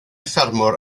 ffermwr